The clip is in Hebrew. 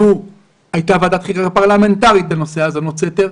הייתה ועדת חקירה פרלמנטרית בנושא האזנות סתר.